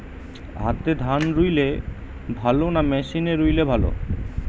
হাতে ধান রুইলে ভালো না মেশিনে রুইলে ভালো?